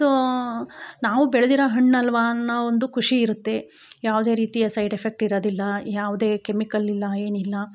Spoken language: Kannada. ಸೋ ನಾವು ಬೆಳೆದಿರೊ ಹಣ್ಣಲ್ವ ಅನ್ನೋ ಒಂದು ಖುಷಿಯಿರುತ್ತೆ ಯಾವುದೇ ರೀತಿಯ ಸೈಡ್ ಎಫೆಕ್ಟ್ ಇರೋದಿಲ್ಲ ಯಾವುದೆ ಕೆಮಿಕಲಿಲ್ಲ ಏನಿಲ್ಲ